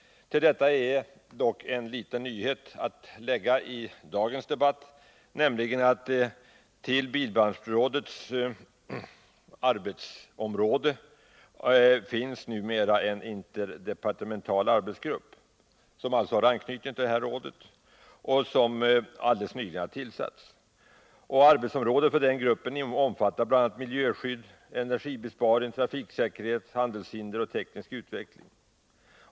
En liten nyhet kan tilläggas i dagens debatt, nämligen att det förutom bilbranschrådet numera finns en interdepartemental arbetsgrupp, som har anknytning till rådet och som alldeles nyligen har tillsatts. Arbetsområdet för denna grupp omfattar bl.a. miljöskydd, energibesparing, trafiksäkerhet, handelshinder och teknisk utveckling.